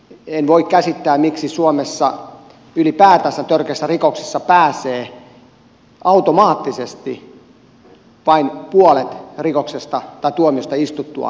en voi käsittää miksi suomessa ylipäätänsä törkeässä rikoksessa pääsee automaattisesti vain puolet tuomiosta istuttuaan vankilasta ulos